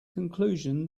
conclusion